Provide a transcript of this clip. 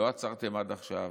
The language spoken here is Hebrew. לא עצרתם עד עכשיו.